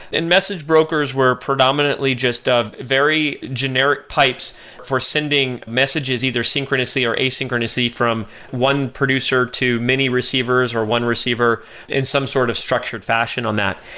and message brokers were predominantly just ah a very generic pipes for sending messages, either synchronously, or asynchronously from one producer to many receivers, or one receiver in some sort of structured fashion on that.